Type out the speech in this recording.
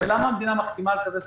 ולמה המדינה מחתימה על כזה סעיף?